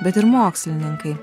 bet ir mokslininkai